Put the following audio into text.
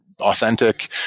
authentic